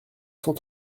cent